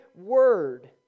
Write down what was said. word